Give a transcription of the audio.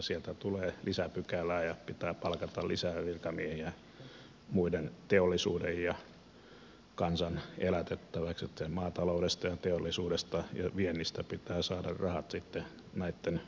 sieltä tulee lisäpykälää ja pitää palkata lisää virkamiehiä teollisuuden ja kansan elätettäväksi maataloudesta ja teollisuudesta ja viennistä pitää saada rahat sitten näitten virkamiesten palkkaukseen